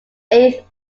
eighth